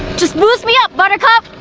just boost me up, buttercup.